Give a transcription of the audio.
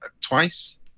twice